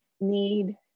need